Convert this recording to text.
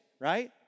Right